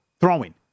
throwing